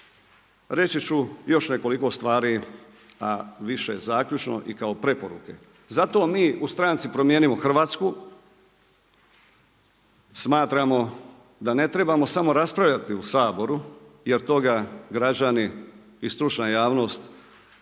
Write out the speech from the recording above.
reći ću još nekoliko stvari, a više zaključno i kao preporuke. Zato mi u stranci Promijenimo Hrvatsku smatramo da ne trebamo samo raspravljati u Saboru jer toga građani i stručna javnost nisu